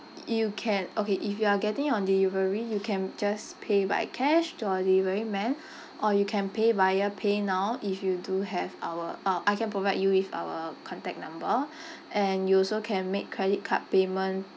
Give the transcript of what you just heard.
y~ you can okay if you are getting on delivery you can just pay by cash to our delivery man or you can pay via PayNow if you do have our uh I can provide you with our contact number and you also can make credit card payment